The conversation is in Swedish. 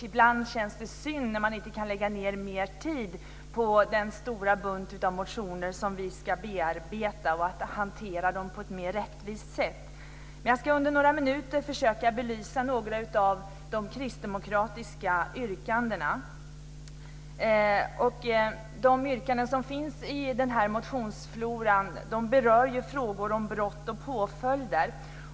Ibland är det synd att man inte kan lägga ned mer tid på den stora bunt av motioner som vi ska bearbeta så att de hanteras på ett mer rättvist sätt. Jag ska under några minuter försöka att belysa några av de kristdemokratiska yrkandena. De yrkanden som finns i denna motionsflora berör frågor om brott och påföljder.